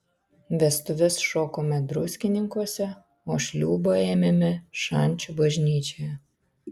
vestuves šokome druskininkuose o šliūbą ėmėme šančių bažnyčioje